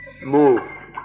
move